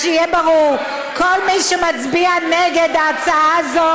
אז שיהיה ברור: כל מי שמצביע נגד ההצעה הזו